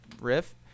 riff